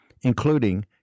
including